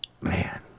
Man